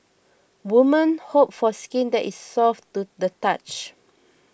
women hope for skin that is soft to the touch